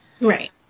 right